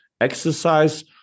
exercise